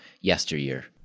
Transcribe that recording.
yesteryear